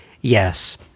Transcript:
Yes